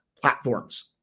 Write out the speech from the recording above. platforms